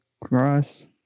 cross